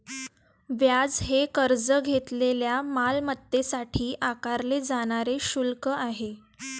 व्याज हे कर्ज घेतलेल्या मालमत्तेसाठी आकारले जाणारे शुल्क आहे